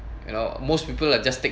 you know most people are just take